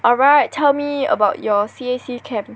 alright tell me about your C_A_C camp